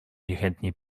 niechętnie